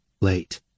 Late